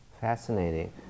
Fascinating